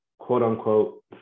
quote-unquote